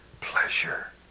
pleasure